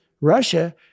Russia